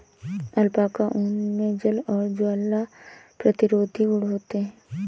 alpaca ऊन मे जल और ज्वाला प्रतिरोधी गुण होते है